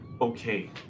Okay